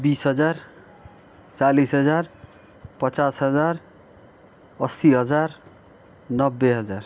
बिस हजार चालिस हजार पचास हजार असी हजार नब्बे हजार